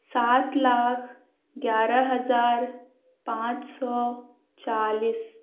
سات لاکھ گیارہ ہزار پانچ سو چالیس